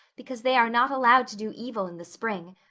because they are not allowed to do evil in the spring.